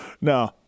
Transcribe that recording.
No